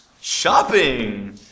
shopping